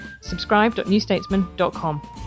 subscribe.newstatesman.com